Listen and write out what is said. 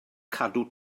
cadw